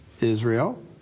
Israel